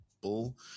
bull